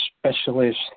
specialist